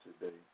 today